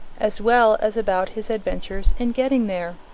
as well as about his adventures in getting there?